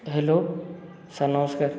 hello sir ନମସ୍କାର